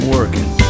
Working